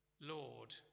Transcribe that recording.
Lord